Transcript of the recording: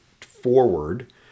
forward